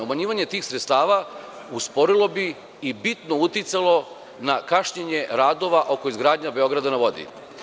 Umanjivanje tih sredstava usporilo bi i bitno uticalo na kašnjenje radova oko izgradnje Beograda na vodi.